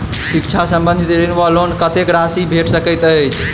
शिक्षा संबंधित ऋण वा लोन कत्तेक राशि भेट सकैत अछि?